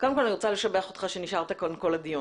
קודם כל, אני רוצה לשבח אותך על שנשארת לכל הדיון.